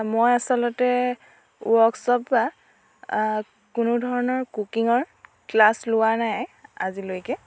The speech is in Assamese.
মই আচলতে ওৱৰ্কচপ বা কোনো ধৰণৰ কুকিঙৰ ক্লাছ লোৱা নাই আজিলৈকে